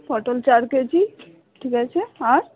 পটল চার কেজি ঠিক আছে আর